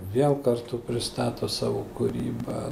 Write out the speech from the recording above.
vėl kartu pristato savo kūrybą